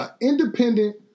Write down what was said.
independent